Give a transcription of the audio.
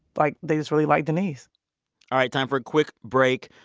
like they just really like denise all right, time for a quick break.